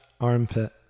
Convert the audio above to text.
armpit